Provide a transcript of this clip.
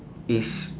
is